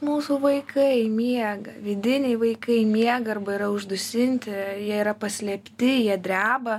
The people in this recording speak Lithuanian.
mūsų vaikai miega vidiniai vaikai miega arba yra uždusinti jie yra paslėpti jie dreba